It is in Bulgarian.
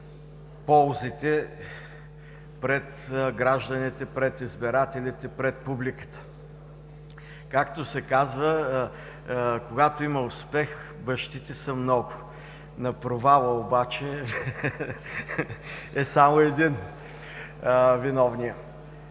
ползите пред гражданите, пред избирателите, пред публиката. Както се казва, когато има успех, бащите са много. На провала обаче е само един виновният.